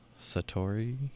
Satori